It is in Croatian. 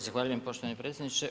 Zahvaljujem poštovani predsjedniče.